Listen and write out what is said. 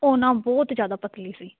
ਉਹ ਨਾ ਬਹੁਤ ਜ਼ਿਆਦਾ ਪਤਲੀ ਸੀ